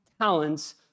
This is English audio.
talents